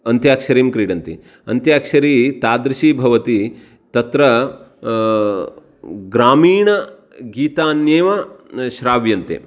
अन्त्याक्षरीं क्रीडन्ति अन्त्याक्षरी तादृशी भवति तत्र ग्रामीणगीतान्येव न् श्राव्यन्ते